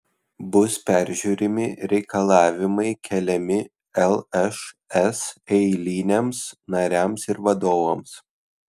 bus peržiūrimi reikalavimai keliami lšs eiliniams nariams ir vadovams